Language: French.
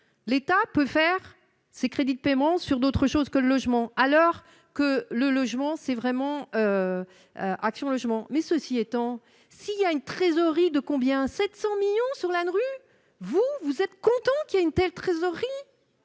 l'État peut faire ces crédits de paiement sur d'autres choses que le logement, alors que le logement, c'est vraiment action logement mais ceci étant, s'il y a une trésorerie de combien 700 millions sur la rue, vous vous êtes content qu'il y a une telle trésorerie